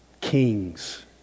kings